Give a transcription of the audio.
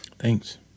Thanks